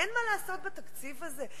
אין מה לעשות בתקציב הזה?